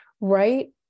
right